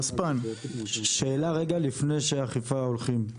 שאלה רגע לפני שהאכיפה הולכים,